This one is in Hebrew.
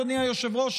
אדוני היושב-ראש,